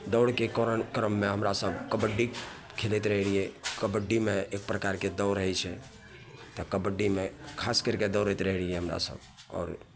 दौड़के कारण क्रममे हमरासभ कबड्डी खेलैत रहै रहिए कबड्डीमे एक प्रकारके दौड़ होइ छै तऽ कबड्डीमे खास करिके दौड़ैत रहै रहिए हमरासभ आओर